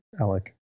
Alec